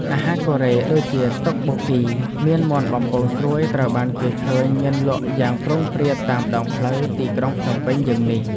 អាហារកូរ៉េដូចជាតុកបូគី ឬមាន់បំពងស្រួយត្រូវបានគេឃើញមានលក់យ៉ាងព្រោងព្រាតតាមដងផ្លូវក្នុងទីក្រុងភ្នំពេញយើងនេះ។